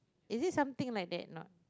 is it something like that not